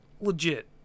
legit